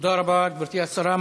תודה רבה, גברתי השרה.